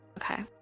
Okay